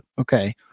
Okay